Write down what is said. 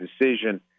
decision